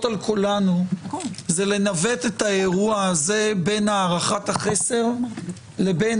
על כולנו זה לנווט את האירוע הזה בין הערכת החסר לבין